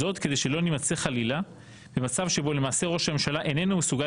זאת כדי שלא נימצא חלילה במצב שבו למעשה ראש הממשלה איננו מסוגל